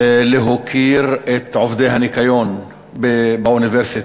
להוקיר את עובדי הניקיון באוניברסיטה.